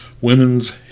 Women's